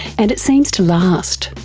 and it seems to last.